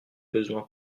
besoin